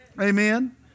Amen